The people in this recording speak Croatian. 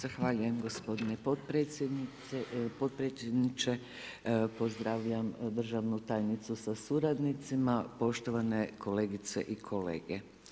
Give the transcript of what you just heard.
Zahvaljujem gospodine potpredsjedniče, pozdravljam državnu tajnicu sa suradnicima, poštovane kolegice i kolege.